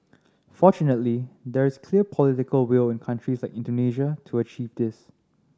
fortunately there is clear political will in countries like Indonesia to achieve this